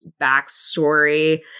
backstory